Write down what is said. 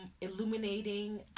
illuminating